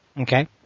Okay